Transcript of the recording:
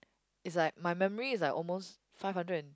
is like my memory is like almost five hundred and